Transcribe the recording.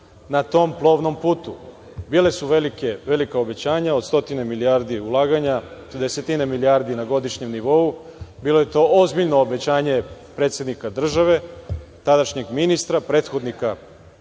na tom plovnom putu? Bila su velika obećanja, od stotine milijardi ulaganja, desetine milijardi na godišnjem nivou. Bilo je to ozbiljno obećanje predsednika države, tadašnjeg ministra, prethodnika naše